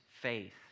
faith